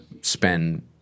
spend –